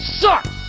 sucks